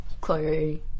Chloe